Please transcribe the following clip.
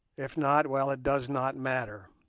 if not, well it does not matter.